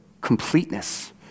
completeness